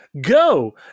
go